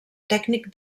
tècnic